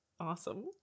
awesome